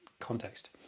context